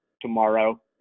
tomorrow